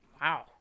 wow